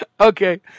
Okay